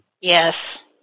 Yes